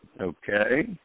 okay